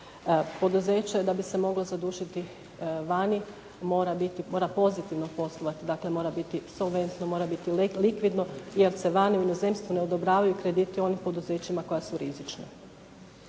Poduzeće da bi se moglo zadužiti vani mora pozitivno poslovati, dakle mora biti insolventno, dakle mora biti solventno, mora biti likvidno jer se vani u inozemstvu ne odobravaju krediti onim poduzećima koja su rizična.